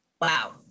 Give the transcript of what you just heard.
wow